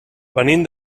venim